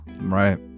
Right